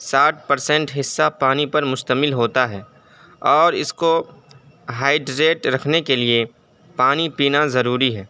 ساٹھ پرسینٹ حصہ پانی پر مشتمل ہوتا ہے اور اس کو ہائڈریٹ رکھنے کے لیے پانی پینا ضروری ہے